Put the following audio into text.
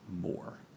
more